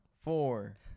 four